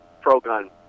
pro-gun